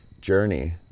journey